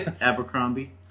Abercrombie